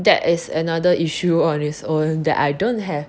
that is another issue on its own that I don't have